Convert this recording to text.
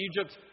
Egypt